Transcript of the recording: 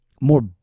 more